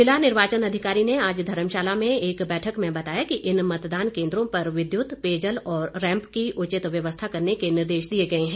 जिला निर्वाचन अधिकारी ने आज धर्मशाला में एक बैठक में बताया कि इन मतदान केन्द्रों पर विद्युत पेयजल और रैंप की उचित व्यवस्था करने के निर्देश दिए गए हैं